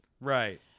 right